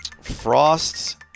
Frost